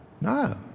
No